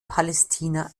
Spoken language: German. palästina